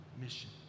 mission